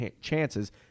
chances